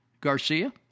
Garcia